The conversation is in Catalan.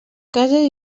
cases